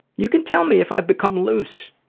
you can tell me if i've become loose.